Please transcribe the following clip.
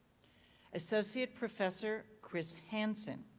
associate professor chris hanson.